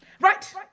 right